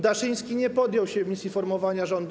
Daszyński nie podjął się misji formowania rządu.